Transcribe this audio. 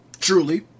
Truly